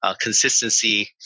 consistency